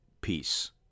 peace